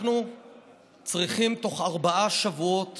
אנחנו צריכים בתוך ארבעה שבועות